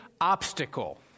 obstacle